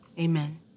Amen